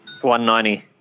190